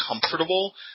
comfortable